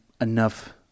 enough